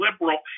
liberal